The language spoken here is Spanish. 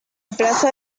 plaza